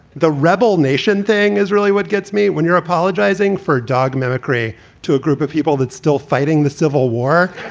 the rebel nation thing is really what gets me when you're apologizing for dog mimicry to a group of people that's still fighting the civil war.